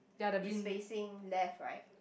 is facing left right